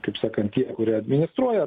kaip sakant tie kurie administruoja